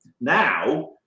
now